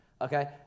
okay